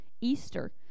Easter